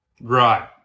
Right